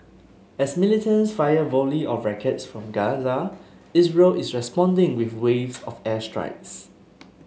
as militants fire volleys of rockets from Gaza Israel is responding with waves of airstrikes